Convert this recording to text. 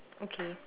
okay